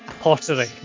pottery